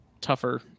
tougher